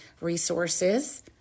resources